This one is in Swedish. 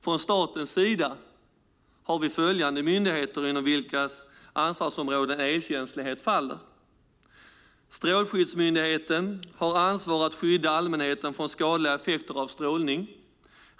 Från statens sida har vi följande myndigheter inom vilkas ansvarsområden elkänslighet faller: Strålsäkerhetsmyndigheten har ansvar för att skydda allmänheten från skadliga effekter av strålning.